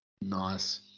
Nice